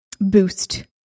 boost